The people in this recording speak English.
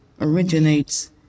originates